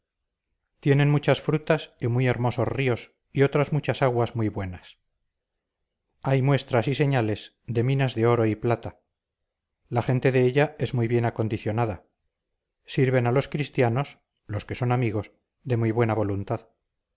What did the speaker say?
tienen muchas frutas y muy hermosos ríos y otras muchas aguas muy buenas hay muestras grandes y señales de minas de oro y plata la gente de ella es muy bien acondicionada sirven a los cristianos los que son amigos de muy buena voluntad